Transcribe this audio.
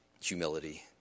humility